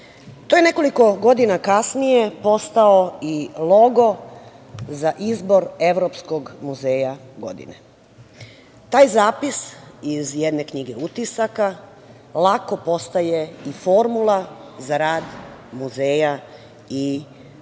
To je nekoliko godina kasnije postao i logo za izbor evropskog muzeja godine. Taj zapis iz jedne knjige utisaka lako postaje i formula za rad muzeja i